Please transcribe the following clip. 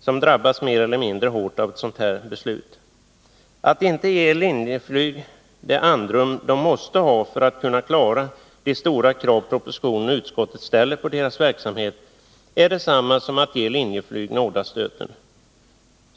som drabbas mer eller mindre hårt av ett sådant här beslut. Att inte ge Linjeflyg det andrum det måste ha för att klara de stora krav propositionen och utskottet ställer på dess verksamhet är detsamma som att ge Linjeflyg nådastöten.